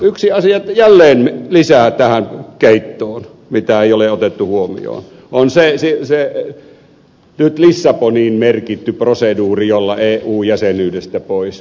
yksi asia jälleen lisää tähän keittoon mitä ei ole otettu huomioon on se nyt lissaboniin merkitty proseduuri jolla eu jäsenyydestä voi päästä pois